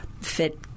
fit